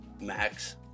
Max